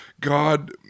God